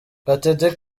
gatete